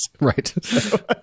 Right